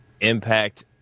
Impact